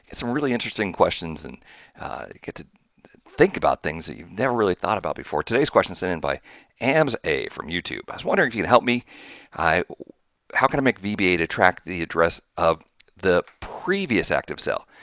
some really interesting questions and get to think about things that you've never really thought about before. today's question sent in by ams a from youtube. i was wondering if you can help me i how can i make vba to track the address of the previous active cell.